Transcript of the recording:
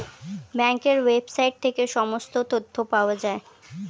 ব্যাঙ্কের ওয়েবসাইট থেকে সমস্ত তথ্য পাওয়া যায়